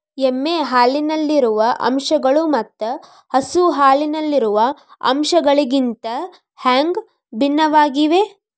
ಎಮ್ಮೆ ಹಾಲಿನಲ್ಲಿರುವ ಅಂಶಗಳು ಮತ್ತ ಹಸು ಹಾಲಿನಲ್ಲಿರುವ ಅಂಶಗಳಿಗಿಂತ ಹ್ಯಾಂಗ ಭಿನ್ನವಾಗಿವೆ?